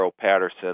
Patterson